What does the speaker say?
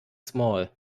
small